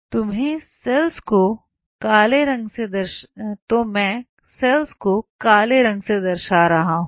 तुम्हें सेल्स को काले रंग से दर्शा रहा हूं